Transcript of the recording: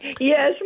Yes